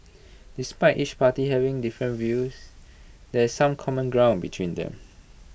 despite each party having different views there is some common ground between them